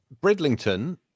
Bridlington